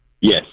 Yes